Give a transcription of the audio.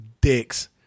dicks